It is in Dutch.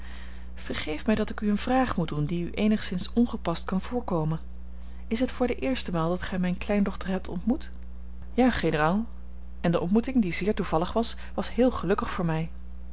vergeef mij dat ik u een vraag moet doen die u eenigszins ongepast kan voorkomen is het voor de eerste maal dat gij mijne kleindochter hebt ontmoet ja generaal en de ontmoeting die zeer toevallig was was heel gelukkig voor mij